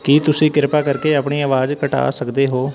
ਕੀ ਤੁਸੀਂ ਕਿਰਪਾ ਕਰਕੇ ਆਪਣੀ ਆਵਾਜ਼ ਘਟਾ ਸਕਦੇ ਹੋ